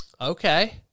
Okay